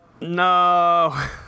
no